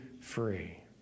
free